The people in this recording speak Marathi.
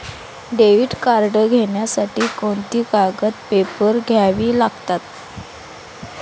डेबिट कार्ड घेण्यासाठी कोणती कागदपत्रे द्यावी लागतात?